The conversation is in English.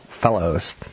fellows